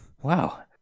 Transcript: wow